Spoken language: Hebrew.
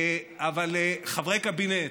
אבל חברי קבינט,